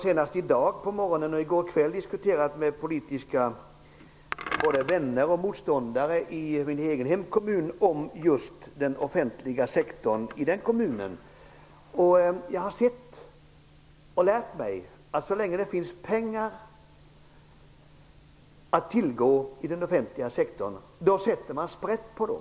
Senast i går kväll och i dag på morgonen diskuterade jag den offentliga sektorn i min egen hemkommun med både vänner och motståndare där. Jag har sett och lärt mig att man så länge det finns pengar att tillgå i den offentliga sektorn sätter sprätt på dem.